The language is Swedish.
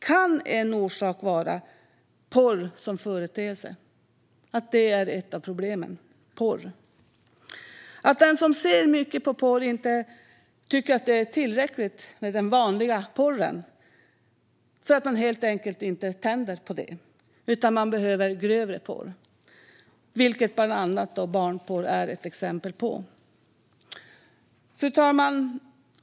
Kan en orsak vara att porr som företeelse är ett av problemen? Barnpornografibrottet och preskription av brott mot barn Det kan vara så att den som ser mycket på porr inte tycker det är tillräckligt med den vanliga porren för att den helt enkelt inte tänder på det utan behöver grövre porr, vilket bland annat barnporr är ett exempel på. Fru talman!